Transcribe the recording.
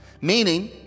Meaning